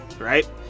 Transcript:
right